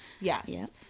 Yes